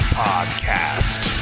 podcast